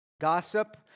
gossip